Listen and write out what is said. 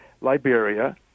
Liberia